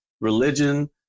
religion